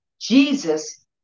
Jesus